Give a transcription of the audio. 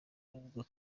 nubwo